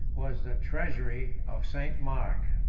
was the treasury of st. mark.